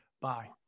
bye